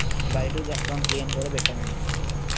by two get one free అని కూడా పెట్టాం అండి